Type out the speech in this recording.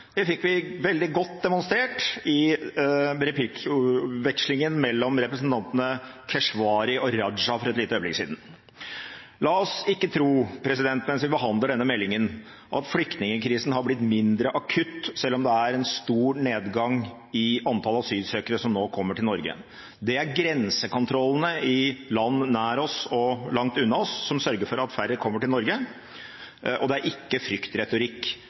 Det fikk vi veldig godt demonstrert i replikkvekslingen mellom representantene Keshvari og Raja for et lite øyeblikk siden. La oss ikke tro mens vi behandler denne meldingen, at flyktningkrisen har blitt mindre akutt, selv om det er en stor nedgang i antall asylsøkere som nå kommer til Norge. Det er grensekontrollene i land nær oss og langt unna oss som sørger for at færre kommer til Norge, det er ikke fryktretorikk